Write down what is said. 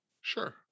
sure